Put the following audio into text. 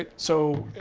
like so,